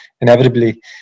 inevitably